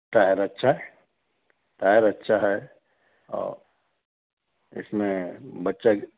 tyre अच्छा है tyre अच्छा है और इसमें बच्चा